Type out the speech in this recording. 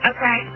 Okay